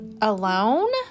Alone